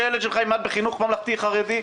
ב-50 מיליון בתוכנית 2043/01,